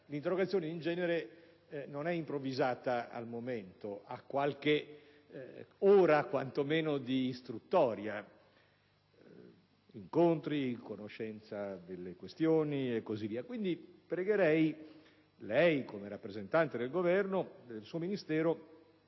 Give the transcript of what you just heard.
l'interrogazione in genere non è improvvisata al momento; ha almeno qualche ora di istruttoria (incontri, conoscenza delle questioni e così via). Vorrei pertanto invitare lei, come rappresentante del Governo e il suo Ministero